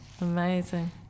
Amazing